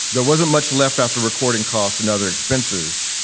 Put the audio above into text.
there wasn't much left after recording costs and other expenses.